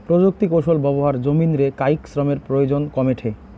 প্রযুক্তিকৌশল ব্যবহার জমিন রে কায়িক শ্রমের প্রয়োজন কমেঠে